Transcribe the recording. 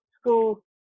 school